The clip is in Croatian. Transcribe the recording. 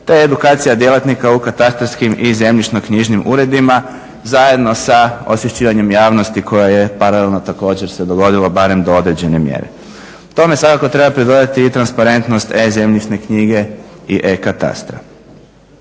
te edukacija djelatnika u katastarskim i zemljišno-knjižnim uredima zajedno sa osvješćivanjem javnosti koja je paralelno također se dogodila barem do određene mjere. Tome svakako treba pridodati i transparentnost e-zemljišne knjige i e-katastra.